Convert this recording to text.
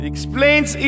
Explains